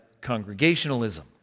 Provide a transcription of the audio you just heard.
congregationalism